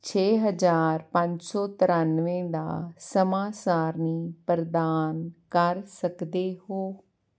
ਛੇ ਹਜ਼ਾਰ ਪੰਜ ਸੌ ਤਰਾਨਵੇਂ ਦਾ ਸਮਾਂ ਸਾਰਨੀ ਪ੍ਰਦਾਨ ਕਰ ਸਕਦੇ ਹੋ